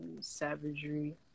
Savagery